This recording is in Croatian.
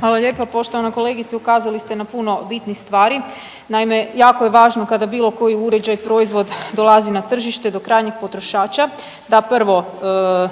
Hvala lijepo. Poštovana kolegice, ukazali ste na puno bitnih stvari, naime, jako je važno kada bilokoji uređaj, proizvod dolazi na tržište do krajnjih potrošača, da prvo,